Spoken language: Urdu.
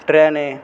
ٹرینیں